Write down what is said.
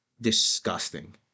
disgusting